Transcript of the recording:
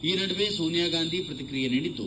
ಈ ನಡುವೆ ಸೋನಿಯಾ ಗಾಂಧಿ ಪ್ರತಿಕ್ರಿಯೆ ನೀಡಿದ್ದು